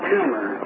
Tumor